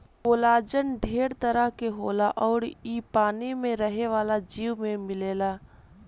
collagen ढेर तरह के होला अउर इ पानी में रहे वाला जीव में मिलेला